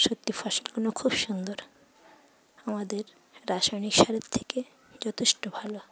সত্যি ফসলগুলো খুব সুন্দর আমাদের রাসায়নিক সারের থেকে যথেষ্ট ভালো